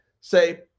say